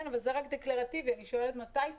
כן, אבל זה רק דקלרטיבי, אני שואלת מתי צריכים?